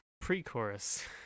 pre-chorus